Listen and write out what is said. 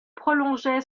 prolongeait